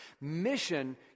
mission